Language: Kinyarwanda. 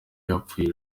yapfuye